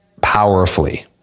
powerfully